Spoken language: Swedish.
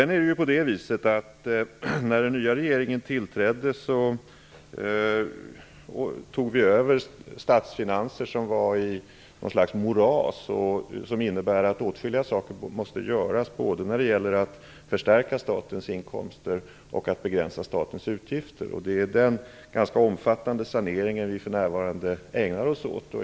När vi i den nya regeringen tillträdde tog vi över statsfinanser som var i något slags moras, vilket innebär att åtskilliga saker måste göras när det gäller att både förstärka statens inkomster och begränsa statens utgifter. Det är denna ganska omfattande sanering som vi för närvarande ägnar oss åt.